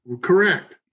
Correct